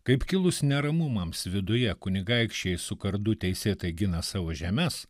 kaip kilus neramumams viduje kunigaikščiai su kardu teisėtai gina savo žemes